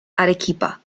arequipa